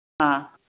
ꯑꯥ